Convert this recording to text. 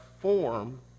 form